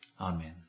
Amen